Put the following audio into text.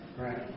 Right